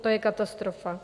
To je katastrofa.